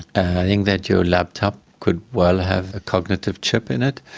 i think that your laptop could well have a cognitive chip in it.